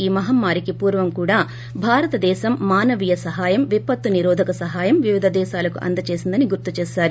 ఈ మహమ్మారికి పూర్పం కూడా భారత దేశం మానవీయ సహాయం విపత్తు నిరోధిక సహాయం వివిధ దేశాలకు అందజేసిందని గుర్తు చేశారు